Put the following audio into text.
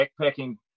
backpacking